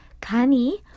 Kani